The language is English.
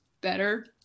better